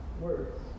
words